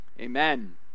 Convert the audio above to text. Amen